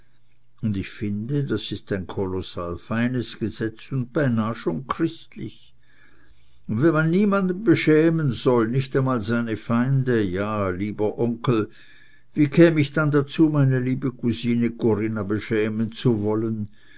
und ich finde das ist ein kolossal feines gesetz und beinah schon christlich und wenn man niemanden beschämen soll nicht einmal seine feinde ja lieber onkel wie käm ich dann dazu meine liebe cousine corinna beschämen zu wollen